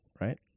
right